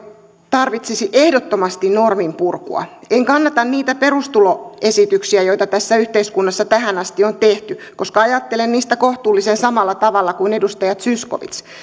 tarvitsisi ehdottomasti norminpurkua en kannata niitä perustuloesityksiä joita tässä yhteiskunnassa tähän asti on tehty koska ajattelen niistä kohtuullisen samalla tavalla kuin edustaja zyskowicz